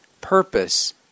purpose